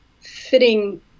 fitting